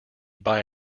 buy